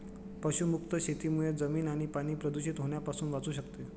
पशुमुक्त शेतीमुळे जमीन आणि पाणी प्रदूषित होण्यापासून वाचू शकते